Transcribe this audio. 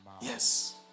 Yes